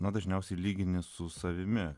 na dažniausiai lygini su savimi